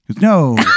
No